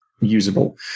usable